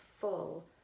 full